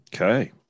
Okay